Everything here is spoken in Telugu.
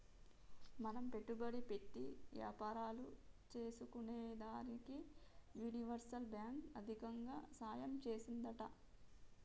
మనం పెట్టుబడి పెట్టి యాపారాలు సేసుకునేదానికి యూనివర్సల్ బాంకు ఆర్దికంగా సాయం చేత్తాదంట